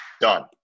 done